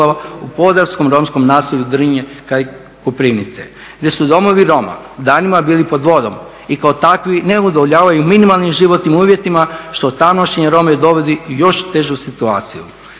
u Podravskom romskom naselju Drnje kraj Koprivnice gdje su domovi Roma danima bili pod vodom i kao takvi ne udovoljavaju minimalnim životnim uvjetima što tamošnje Rome dovodi u još težu situaciju.